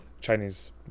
Chinese